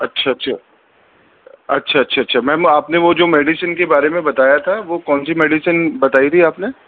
اچھا اچھا اچھا اچھا اچھا میم آپ نے وہ جو میڈیسن کے بارے میں بتایا تھا وہ کون سی میڈیسن بتائی تھی آپ نے